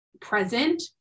present